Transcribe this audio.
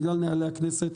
בגלל נהלי הכנסת,